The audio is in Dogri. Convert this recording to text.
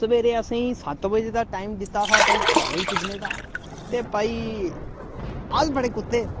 सवेरै असें गी सत्त बजे दा टाइम दित्ता हा भाई कालज पुज्जने दा ते भाई अस बड़े कुत्ते